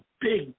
big